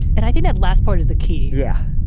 and i think that last part is the key. yeah.